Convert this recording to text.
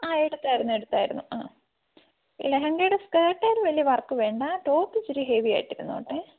ആ എടുത്തായിരുന്നു എടുത്തായിരുന്നു ആ ലെഹങ്കയുടെ സ്കർട്ടിൽ വലിയ വർക്ക് വേണ്ട ടോപ്പ് ഇച്ചിരി ഹെവി ആയിട്ട് ഇരുന്നോട്ടെ